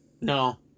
No